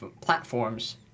platforms